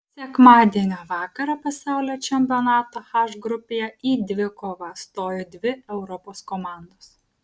sekmadienio vakarą pasaulio čempionato h grupėje į dvikovą stojo dvi europos komandos